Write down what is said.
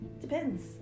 Depends